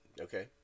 Okay